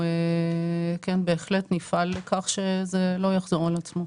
ואנחנו כן בהחלט נפעל לכך שזה לא יחזור על עצמו.